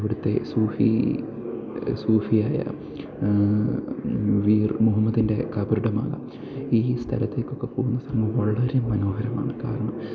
ഇവിടുത്തെ സൂഫി സൂഫിയായ വീർ മുഹമ്മദിൻ്റെ കബറിടമാകാം ഈ സ്ഥലത്തേക്കൊക്കെ പോകുന്ന സമയം വളരെ മനോഹരമാണ് കാരണം